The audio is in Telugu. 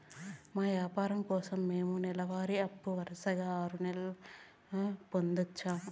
మా వ్యాపారం కోసం మేము నెల వారి అప్పు వరుసగా ఆరు నెలలు పొందొచ్చా?